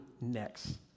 next